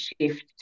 shift